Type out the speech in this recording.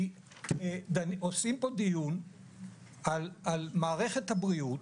כי עושים פה דיון על מערכת הבריאות